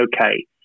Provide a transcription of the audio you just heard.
okay